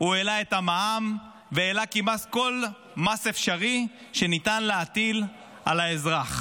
הוא העלה את המע"מ והעלה כמעט כל מס אפשרי שניתן להטיל על האזרח.